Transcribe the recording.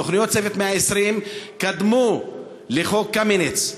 תוכניות צוות 120 שקדמו לחוק קמיניץ.